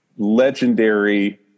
Legendary